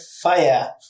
fire